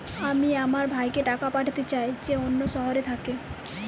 আমি আমার ভাইকে টাকা পাঠাতে চাই যে অন্য শহরে থাকে